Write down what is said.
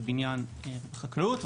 בבניין וחקלאות,